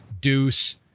Deuce